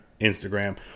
Instagram